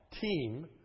team